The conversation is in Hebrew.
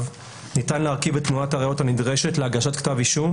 ניתן להרכיב את תמונת הראיות הנדרשת להגשת כתב אישום